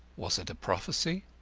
was it a prophecy?